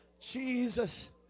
Jesus